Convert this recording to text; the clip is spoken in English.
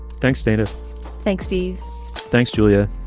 thanks, dana thanks, steve. thanks, julia.